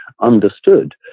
understood